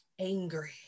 angry